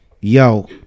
yo